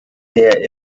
der